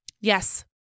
Yes